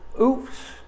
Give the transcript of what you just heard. oops